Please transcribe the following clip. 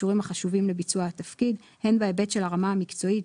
לכישורים החשובים לביצוע התפקיד הן בהיבט של הרמה המקצועית,